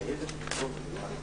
הישיבה ננעלה בשעה 10:03.